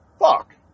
fuck